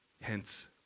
Hence